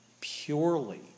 purely